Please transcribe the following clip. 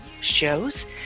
shows